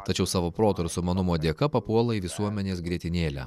tačiau savo proto ir sumanumo dėka papuola į visuomenės grietinėlę